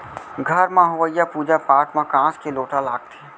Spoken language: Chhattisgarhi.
घर म होवइया पूजा पाठ म कांस के लोटा लागथे